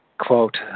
quote